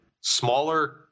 smaller